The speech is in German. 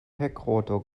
heckrotor